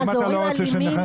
מה, זה הורים אלימים?